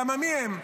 למה מי הם?